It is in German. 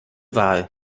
wahl